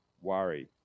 worry